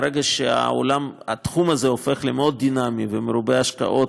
שברגע שהתחום הזה הופך למאוד דינמי ומרובה השקעות,